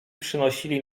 przynosili